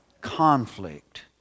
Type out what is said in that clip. conflict